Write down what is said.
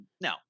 No